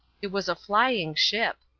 it was a flying ship.